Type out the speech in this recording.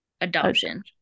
adoption